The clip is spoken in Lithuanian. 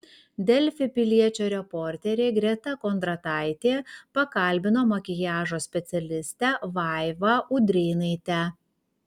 delfi piliečio reporterė greta kondrataitė pakalbino makiažo specialistę vaivą udrėnaitę